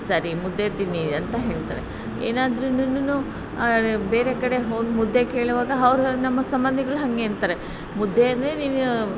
ಸರಿ ಮುದ್ದೆ ತಿನ್ನಿ ಅಂತ ಹೇಳ್ತಾರೆ ಏನಾದ್ರುನುನು ಬೇರೆ ಕಡೆ ಹೋಗಿ ಮುದ್ದೆ ಕೇಳುವಾಗ ಅವ್ರು ನಮ್ಮ ಸಂಬಂಧಿಗಳು ಹಾಗೇ ಅಂತಾರೆ ಮುದ್ದೆ ಅಂದರೆ ನೀನು